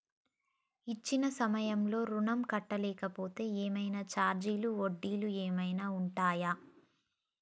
ఇచ్చిన సమయంలో ఋణం కట్టలేకపోతే ఏమైనా ఛార్జీలు వడ్డీలు ఏమైనా ఉంటయా?